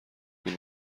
بود